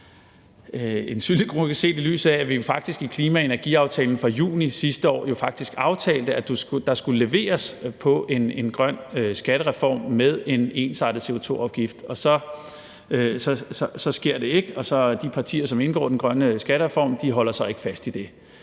en syltekrukke, set i lyset af at vi jo også med klima- og energiaftalen fra juni sidste år faktisk aftalte, at der skulle leveres på en grøn skattereform med en ensartet CO2-afgift. Og så sker det ikke, og de partier, der indgik aftalen om den grønne skattereform, holder så ikke fast i det,